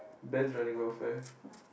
Ben joining welfare